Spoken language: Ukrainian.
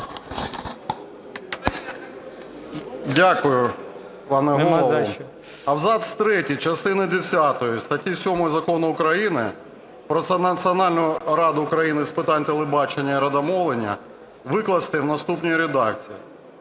Дякую, пане Голово. Абзац третій частини десятої статті 7 закону України "Про Національну раду України з питань телебачення і радіомовлення" викласти в наступній редакції: